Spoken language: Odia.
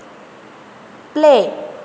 ପ୍ଲେ